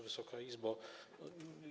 Wysoka Izbo!